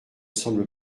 semble